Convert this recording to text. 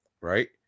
right